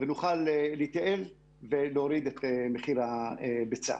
ונוכל להתייעל ולהוריד את מחיר הביצה.